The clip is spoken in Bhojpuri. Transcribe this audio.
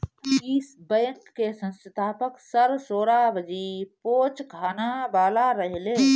इ बैंक के स्थापक सर सोराबजी पोचखानावाला रहले